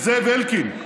את זאב אלקין,